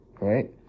right